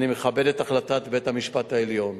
אני מכבד את החלטת בית-המשפט העליון,